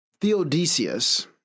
Theodosius